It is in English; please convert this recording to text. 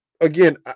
again